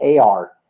AR